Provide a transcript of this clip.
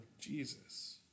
Jesus